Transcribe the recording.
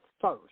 first